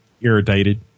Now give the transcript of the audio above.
irritated